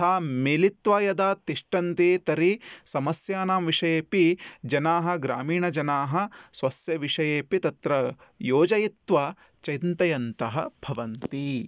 तथा मिलित्वा यदा तिष्ठन्ति तर्हि समस्यानां विषयेऽपि जनाः ग्रामीणजनाः स्वस्य विषयेऽपि तत्र योजयित्वा चिन्तयन्तः भवन्ति